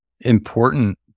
important